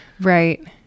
right